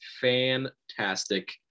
fantastic